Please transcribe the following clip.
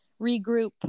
regroup